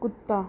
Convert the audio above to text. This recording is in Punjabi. ਕੁੱਤਾ